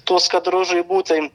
tuos kadrus žaibų tai